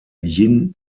jin